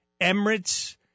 Emirates